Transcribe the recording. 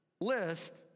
list